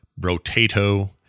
Rotato